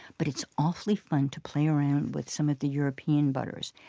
but it's awfully fun to play around with some of the european butters.